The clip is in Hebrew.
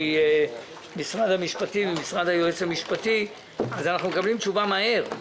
ממשרד המשפטים או ממשרד היועץ המשפטי אנחנו מקבלים תשובה מהר,